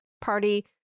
Party